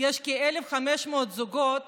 יש כ-1,500 זוגות